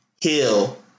Heal